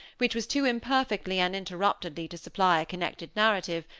which was too imperfectly and interruptedly to supply a connected narrative,